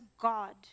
God